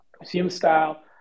museum-style